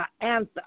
answer